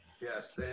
Yes